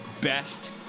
best